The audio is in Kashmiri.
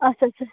اچھا اچھا